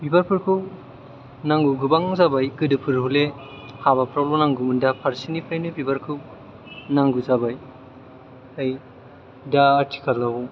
दा बिबारफोरखौ नांगौ गोबां जाबाय गोदोफोर हले हाबाफ्रावल' नांगौमोन दा फारसेनिफ्रायनो बिबारखौ नांगौ जाबाय दा आथिखालाव